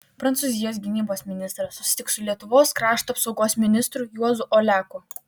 prancūzijos gynybos ministras susitiks su lietuvos krašto apsaugos ministru juozu oleku